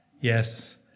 Yes